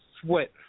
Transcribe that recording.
sweat